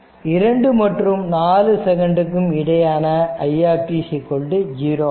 2 மற்றும் 4 செகண்ட்டுக்கும் இடையேயான i0 ஆகும்